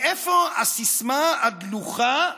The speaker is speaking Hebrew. מאיפה הסיסמה הדלוחה,